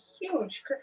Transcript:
huge